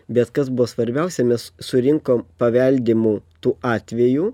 bet kas buvo svarbiausia mes surinkom paveldimų tų atvejų